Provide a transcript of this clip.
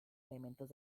elementos